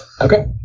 Okay